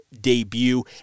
debut